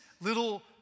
little